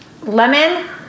lemon